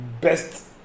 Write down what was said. best